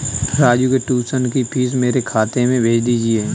राजू के ट्यूशन की फीस मेरे खाते में भेज दीजिए